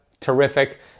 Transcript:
terrific